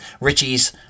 Richie's